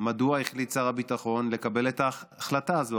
מדוע החליט שר הביטחון לקבל את ההחלטה הזו?